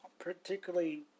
particularly